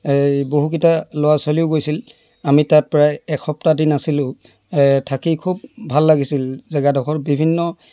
বহুকেইটা ল'ৰা ছোৱালীও গৈছিল আমি তাত প্ৰায় এসপ্তাহ দিন আছিলোঁ থাকি খুব ভাল লাগিছিল জেগাডোখৰত বিভিন্ন